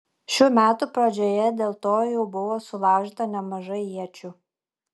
šių metų pradžioje dėl to jau buvo sulaužyta nemažai iečių